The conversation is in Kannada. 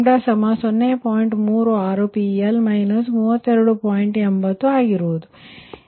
80ಇದಾಗಿರುತ್ತದೆ